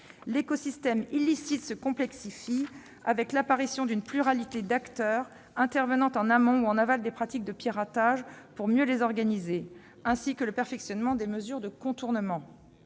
L'écosystème illicite se complexifie, avec l'apparition d'une pluralité d'acteurs intervenant en amont ou en aval des pratiques de piratage pour mieux les organiser et le perfectionnement des mesures de contournement.